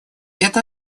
это